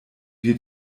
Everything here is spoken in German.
wir